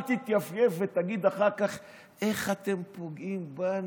אל תתייפייף ותגיד אחר כך: איך אתם פוגעים בנו?